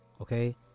Okay